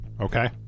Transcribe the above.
Okay